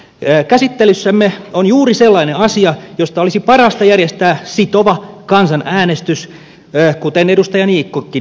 käsittelyssämme on juuri sellainen asia josta olisi parasta järjestää sitova kansanäänestys kuten edustaja niikkokin mainitsi